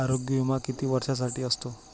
आरोग्य विमा किती वर्षांसाठी असतो?